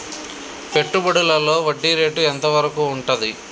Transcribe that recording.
పెట్టుబడులలో వడ్డీ రేటు ఎంత వరకు ఉంటది?